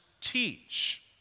teach